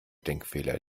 denkfehler